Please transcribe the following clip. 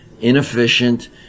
inefficient